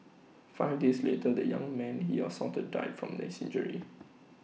five days later the young man he assaulted died from his injuries